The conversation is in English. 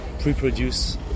pre-produce